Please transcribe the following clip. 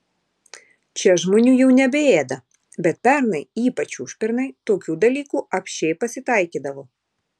čia žmonių jau nebeėda bet pernai ypač užpernai tokių dalykų apsčiai pasitaikydavo